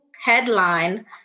headline